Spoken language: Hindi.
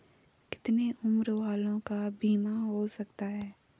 कितने उम्र वालों का बीमा हो सकता है?